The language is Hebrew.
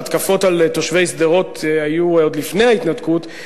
ההתקפות על תושבי שדרות היו עוד לפני ההתנתקות.